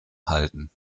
halten